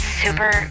super